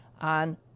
on